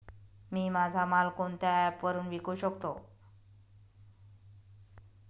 मी माझा माल कोणत्या ॲप वरुन विकू शकतो?